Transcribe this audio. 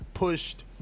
pushed